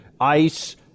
ICE